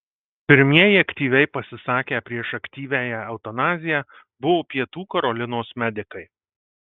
pirmieji aktyviai pasisakę prieš aktyviąją eutanaziją buvo pietų karolinos medikai